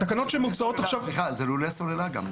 התקנות שמוצעות עכשיו --- זה גם לולי סוללה,